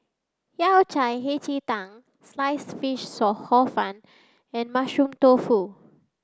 yao cai hei ji tang sliced fish so hor fun and mushroom tofu